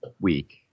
week